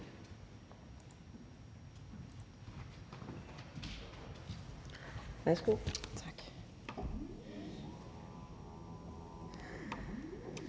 Tak